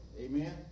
Amen